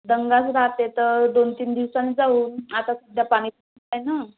दंगाच राहते तर दोन तीन दिवसानी जाऊ आता सध्या पाणी ना